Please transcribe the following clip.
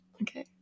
okay